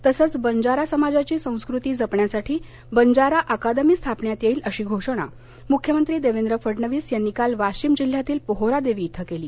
तसंच बंजारा समाजाची संस्कृती जपण्यासाठी बंजारा अकादमी स्थापण्यात येईल अशी घोषणा मुख्यमंत्री देवेंद्र फडणवीस यांनी काल वाशिम जिल्ह्यातील पोहरादेवी इथं केली